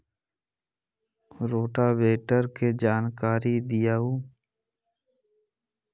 Rotavator के जानकारी दिआउ?